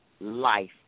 life